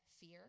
fear